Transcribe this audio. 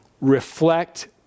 Reflect